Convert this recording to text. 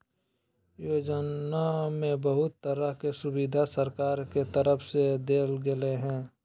योजना में बहुत तरह के सुविधा सरकार के तरफ से देल गेल हइ